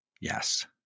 yes